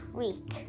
week